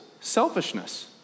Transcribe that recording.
Selfishness